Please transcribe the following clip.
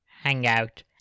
Hangout